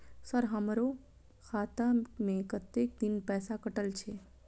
Sir हमारो खाता में कतेक दिन पैसा कटल छे?